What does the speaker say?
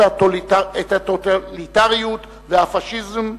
את הטוטליטריות והפאשיזם,